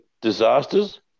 disasters